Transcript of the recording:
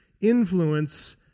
influence